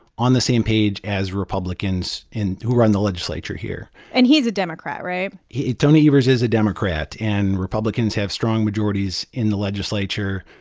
on the same page as republicans in who run the legislature here and he's a democrat, right? tony evers is a democrat, and republicans have strong majorities in the legislature.